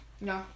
No